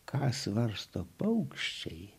ką svarsto paukščiai